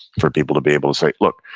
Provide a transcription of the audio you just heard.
for people to be able to say, look,